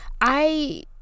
I-